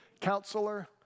Counselor